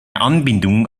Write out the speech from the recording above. anbindung